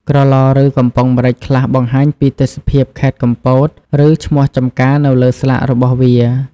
ក្រឡ ឬ កំប៉ុងម្រេចខ្លះបង្ហាញពីទេសភាពខេត្តកំពត ឬ ឈ្មោះចម្ការនៅលើស្លាករបស់វា។